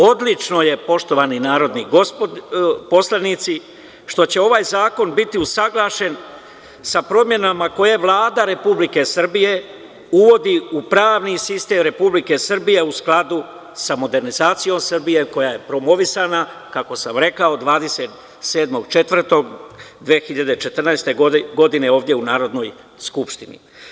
Odlično je, poštovani narodni poslanici, što će ovaj zakon biti usaglašen sa promenama koje Vlada Republike Srbije uvodi u pravni sistem Republike Srbije, a u skladu sa modernizacijom Srbije, koja je promovisana, kako sam rekao 27.04.2014. godine, ovde u Narodnoj skupštini.